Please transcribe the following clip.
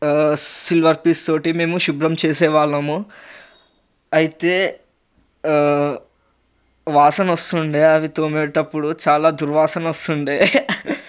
silver పీచు తోటి మేము శుభ్రం చేసేవాళ్ళము అయితే వాసన వస్తుండే అవి తోమేటప్పుడు చాలా దుర్వాసన వస్తుండే